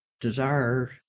desire